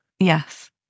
Yes